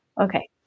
Okay